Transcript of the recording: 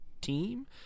Team